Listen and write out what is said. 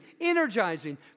energizing